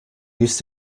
used